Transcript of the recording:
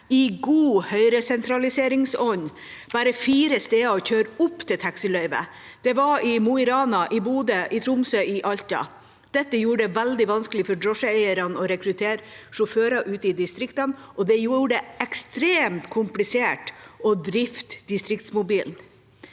i god Høyre-sentraliseringsånd, bare fire steder å kjøre opp til taxiløyvet. Det var i Mo i Rana, i Bodø, i Tromsø og i Alta. Dette gjorde det veldig vanskelig for drosjeeierne å rekruttere sjåfører ute i distriktene, og det gjorde det ekstremt komplisert å drifte Distriktsmobilen.